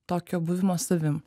tokio buvimo savim